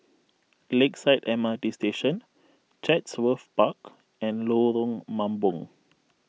Lakeside M R T Station Chatsworth Park and Lorong Mambong